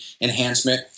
enhancement